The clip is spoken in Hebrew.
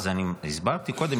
אז הסברתי קודם,